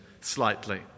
slightly